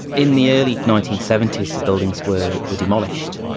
in the early nineteen seventy s the buildings were were demolished,